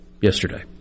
yesterday